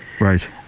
Right